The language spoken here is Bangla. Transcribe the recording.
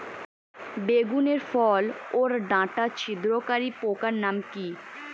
বেগুনের ফল ওর ডাটা ছিদ্রকারী পোকার নাম কি?